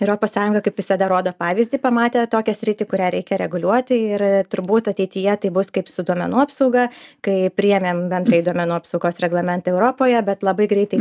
europos sąjunga kaip visada rodo pavyzdį pamatę tokią sritį kurią reikia reguliuoti ir turbūt ateityje tai bus kaip su duomenų apsauga kai priėmėm bendrąjį duomenų apsaugos reglamentą europoje bet labai greitai